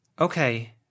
Okay